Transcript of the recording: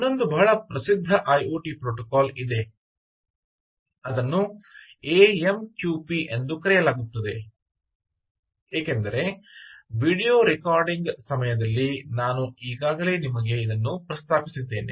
ಇನ್ನೊಂದು ಬಹಳ ಪ್ರಸಿದ್ಧ ಐಒಟಿ ಪ್ರೋಟೋಕಾಲ್ ಇದೆ ಇದನ್ನು ಎಎಮ್ಕ್ಯುಪಿ ಎಂದು ಕರೆಯಲಾಗುತ್ತದೆ ಏಕೆಂದರೆ ವೀಡಿಯೊದ ರೆಕಾರ್ಡಿಂಗ್ ಸಮಯದಲ್ಲಿ ನಾನು ಈಗಾಗಲೇ ನಿಮಗೆ ಪ್ರಸ್ತಾಪಿಸಿದ್ದೇನೆ